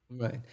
Right